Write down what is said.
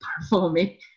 performing